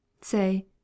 Say